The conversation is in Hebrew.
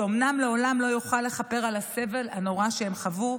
שאומנם לעולם לא יוכל לכפר על הסבל הנורא שהן חוו,